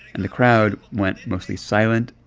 and the crowd went mostly silent.